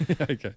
Okay